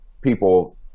people